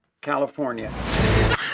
California